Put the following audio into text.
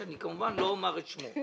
שאני כמובן לא אומר את שמו.